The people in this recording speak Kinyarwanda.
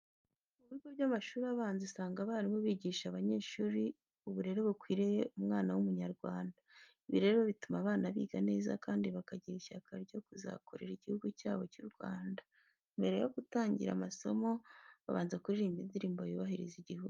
Mu bigo by'amashuri abanza usanga abarimu bigisha abanyeshuri uburere bukwiriye umwana w'Umunyarwanda. Ibi rero bituma abana biga neza kandi bakagira ishyaka ryo kuzakorera Igihugu cyabo cy'u Rwanda. Mbere yo kujya gutangira amasomo, babanza kuririmba indirimbo yubahiriza Igihugu.